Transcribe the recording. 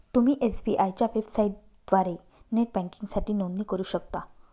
तुम्ही एस.बी.आय च्या वेबसाइटद्वारे नेट बँकिंगसाठी नोंदणी करू शकता